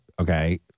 Okay